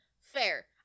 fair